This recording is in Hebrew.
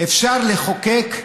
אפשר לחוקק,